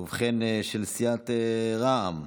של סיעת רע"מ: